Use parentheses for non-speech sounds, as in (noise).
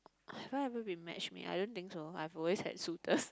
(breath) have I ever been match made I don't think so I've always had suitors (breath)